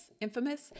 infamous